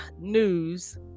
news